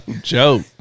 joke